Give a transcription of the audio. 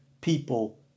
people